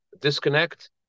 disconnect